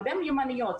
הרבה מיומנויות,